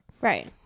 Right